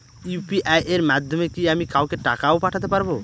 UPI এর মাধ্যমে কি আমি কাউকে টাকা ও পাঠাতে পারবো?